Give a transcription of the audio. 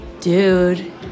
Dude